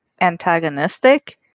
antagonistic